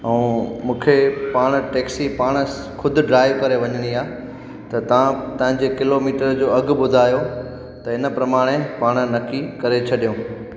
ऐं मूंखे पाण टेक्सी पाण ख़ुदि ड्राइव करे वञणी आहे त तव्हां तव्हांजे किलोमीटर जो अघु ॿुधायो त इन प्रमाणे पाण नकी करे छॾऊं